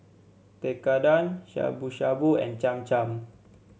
Tekkadon Shabu Shabu and Cham Cham